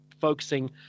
focusing